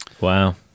Wow